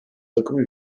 takımı